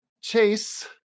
Chase